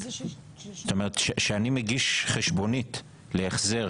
כשאני מגיש חשבונית להחזר